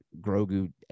Grogu